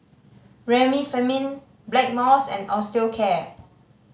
Remifemin Blackmores and Osteocare